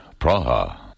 Praha